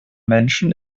menschen